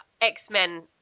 X-Men